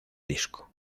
disco